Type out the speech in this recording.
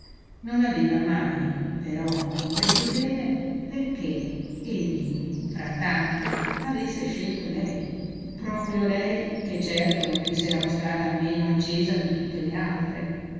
non aveva mai però compreso bene perché egli fra tante avesse scelto lei proprio lei che certo gli s'era mostrata meno accesa di tutte le altre